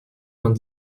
vingt